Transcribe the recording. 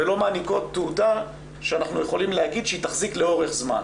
ולא מעניקות תעודה שאנחנו יכולים להגיד שהיא תחזיק לאורך זמן.